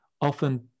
often